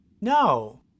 No